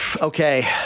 Okay